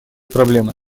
проблемы